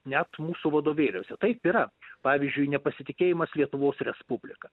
net mūsų vadovėliuose taip yra pavyzdžiui nepasitikėjimas lietuvos respublika